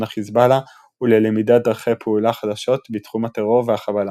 החזבאללה וללמידת דרכי פעולה חדשות בתחום הטרור והחבלה.